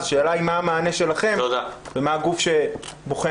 השאלה היא מה המענה שלכם ומה הגוף שבוחן